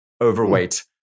overweight